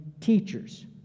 teachers